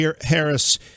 Harris